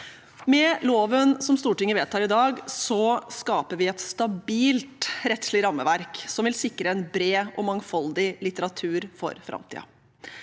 Med loven Stortinget vedtar i dag, skaper vi et stabilt rettslig rammeverk som vil sikre en bred og mangfoldig litteratur for framtiden.